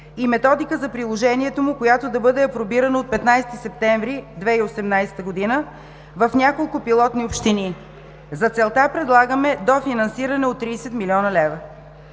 и методика за приложението му, която да бъде апробирана от 15 септември 2018 г. в няколко пилотни общини. За целта предлагаме дофинансиране от 30 млн. лв.